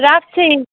রাখছি